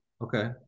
Okay